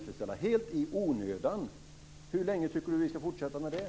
Hur länge tycker Ewa Thalén Finné att vi ska fortsätta med det?